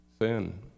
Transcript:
Sin